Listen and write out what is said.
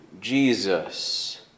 Jesus